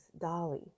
Dolly